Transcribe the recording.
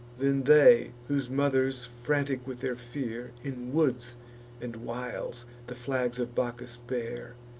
then they, whose mothers, frantic with their fear, in woods and wilds the flags of bacchus bear,